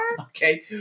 Okay